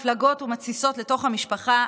מפלגות ומתסיסות לתוך המשפחה,